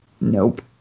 nope